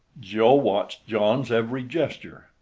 joe watched john's every gesture,